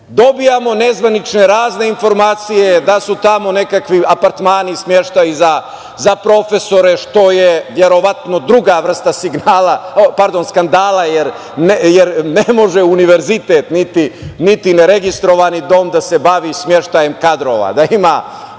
dom. Dobijamo nezvanične, razne informacije da su tamo nekakvi apartmani, smeštaji za profesore, što je verovatno druga vrsta skandala jer ne može Univerzitet niti neregistrovani dom da se bavi smeštajem kadrova,